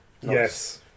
Yes